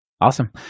Awesome